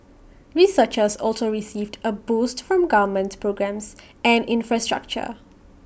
researchers also received A boost from government programmes and infrastructure